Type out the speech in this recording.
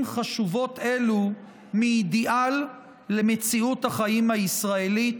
חשובות אלו מאידיאל למציאות החיים הישראלית.